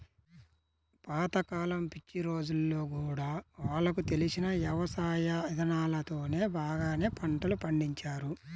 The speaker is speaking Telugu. పాత కాలం పిచ్చి రోజుల్లో గూడా వాళ్లకు తెలిసిన యవసాయ ఇదానాలతోనే బాగానే పంటలు పండించారు